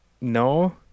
no